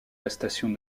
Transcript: station